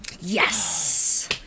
Yes